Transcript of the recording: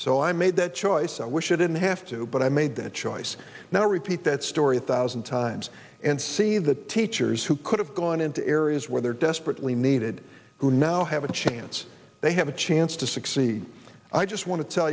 so i made that choice i wish i didn't have to but i made the choice now repeat that story a thousand times and see the teachers who could have gone into areas where they're desperately needed who now have a chance they have a chance to succeed i just want to tell